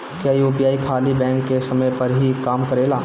क्या यू.पी.आई खाली बैंक के समय पर ही काम करेला?